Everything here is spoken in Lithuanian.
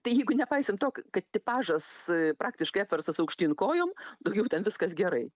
tai jeigu nepaisant to kad tipažas praktiškai apverstas aukštyn kojom daugiau ten viskas gerai